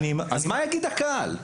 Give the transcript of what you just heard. אז מה יגיד הקהל?